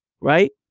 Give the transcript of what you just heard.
right